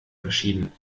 verschieden